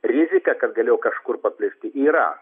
rizika kad galėjo kažkur paplisti yra